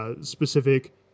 specific